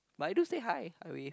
but I do say hi I wave